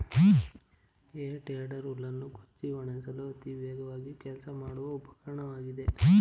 ಹೇ tedder ಹುಲ್ಲನ್ನು ಕೊಚ್ಚಿ ಒಣಗಿಸಲು ಅತಿ ವೇಗವಾಗಿ ಕೆಲಸ ಮಾಡುವ ಉಪಕರಣವಾಗಿದೆ